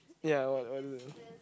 ya what what do you do